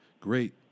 great